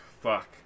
Fuck